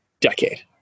decade